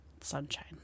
sunshine